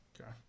okay